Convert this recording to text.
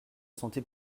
santé